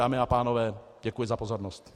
Dámy a pánové, děkuji za pozornost.